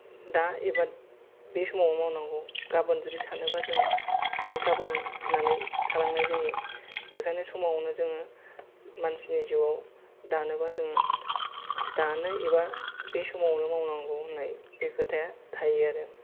दा एबा बे समाव मावनांगौ गाबोन जुदि सानोबा जों बे गाबोन होन्नानै थालांनाय जायो बेखायनो समावनो जोङो मानसिनि जिउआव दानोबा जोङो दानो एबा बे समावनो मावनांगौ होन्नाय बे खोथाया थायो आरो